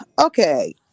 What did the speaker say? okay